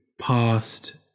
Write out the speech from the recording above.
past